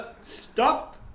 Stop